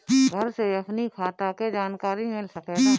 घर से अपनी खाता के जानकारी मिल सकेला?